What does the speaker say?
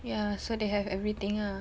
ya so they have everything ah